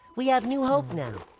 we have new hope now.